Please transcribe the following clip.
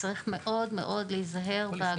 צריך מאוד מאוד להיזהר בהגדרות.